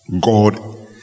God